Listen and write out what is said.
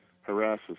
harasses